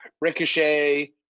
Ricochet